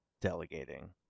delegating